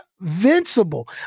Invincible